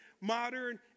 modern